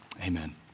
amen